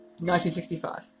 1965